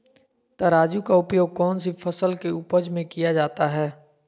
तराजू का उपयोग कौन सी फसल के उपज में किया जाता है?